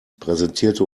präsentierte